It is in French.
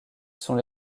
sont